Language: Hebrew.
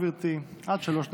גברתי, עד שלוש דקות.